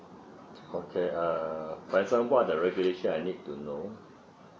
okay err for example on the regulation I need to know